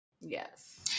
Yes